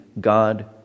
God